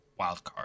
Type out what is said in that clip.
wildcard